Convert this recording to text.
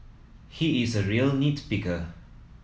he is a real nit picker